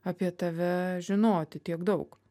apie tave žinoti tiek daug